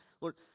Lord